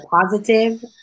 positive